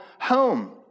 home